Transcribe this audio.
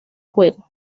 juego